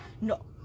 No